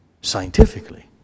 scientifically